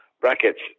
brackets